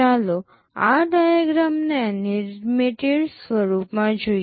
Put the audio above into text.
ચાલો આ ડાયાગ્રામને એનિમેટેડ સ્વરૂપમાં જોઈએ